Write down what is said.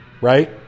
right